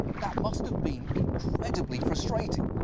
that must have been incredibly frustrating.